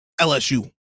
LSU